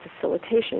facilitation